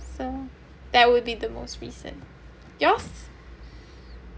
so that would be the most recent yours